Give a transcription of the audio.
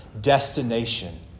destination